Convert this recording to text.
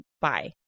bye